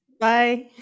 Bye